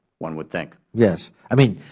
one would think. yes. i mean,